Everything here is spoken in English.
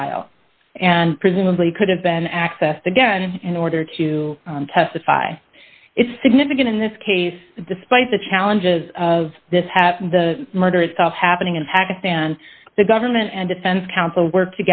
trial and presumably could have been accessed again and in order to testify it's significant in this case despite the challenges of this having the murder itself happening in pakistan the government and defense counsel work